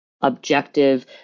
objective